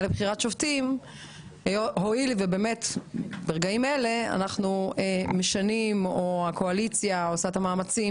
לבחירת שופטים הואיל וברגעים אלה הקואליציה עושה את המאמצים